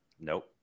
nope